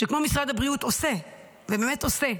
שכמו משרד הבריאות עושה, באמת עושה,